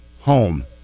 home